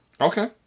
Okay